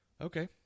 Okay